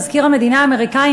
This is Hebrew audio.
מזכיר המדינה האמריקני,